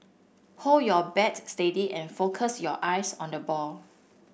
hold your bat steady and focus your eyes on the ball